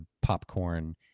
popcorn